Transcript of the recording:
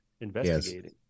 investigating